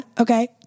Okay